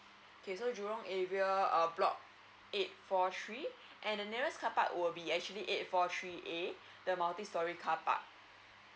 okay so jurong area err block eight four three and the nearest car park will be actually eight four three A the multi story carpark